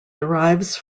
derives